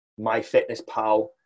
MyFitnessPal